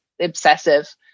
obsessive